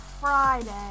Friday